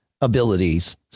abilities